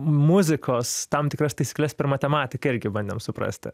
muzikos tam tikras taisykles per matematiką irgi bandėm suprasti